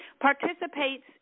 participates